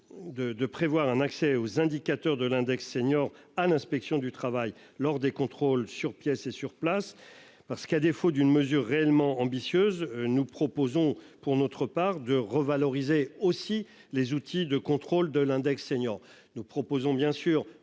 de prévoir un accès aux indicateurs de l'index senior à l'inspection du travail lors des contrôles sur pièces et sur place parce qu'à défaut d'une mesure réellement ambitieuse, nous proposons, pour notre part de revaloriser aussi les outils de contrôle de l'index senior nous proposons bien sûr